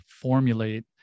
formulate